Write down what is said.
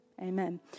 amen